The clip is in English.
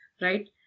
right